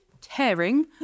tearing